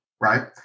right